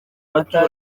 mata